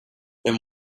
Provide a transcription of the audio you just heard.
then